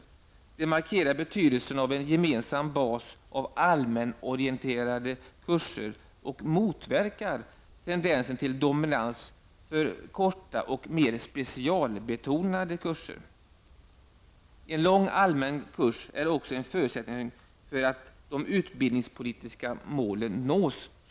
Det markerar betydelsen av en gemensam bas av allmänorienterande kurser och motverkar tendensen till dominans för korta och mer specialbetonade kurser.'' Vidare sade skolöverstyrelsen: ''En lång allmänkurs är också en förutsättning för att de utbildningspolitiska målen nås.''